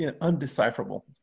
undecipherable